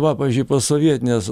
va pavyzdžiui posovietinės